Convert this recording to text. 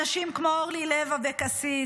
אנשים כמו אורלי לוי אבקסיס,